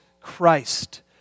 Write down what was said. Christ